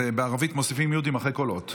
בערבית מוסיפים יו"ד אחרי כל אות.